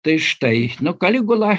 tai štai nu kaligula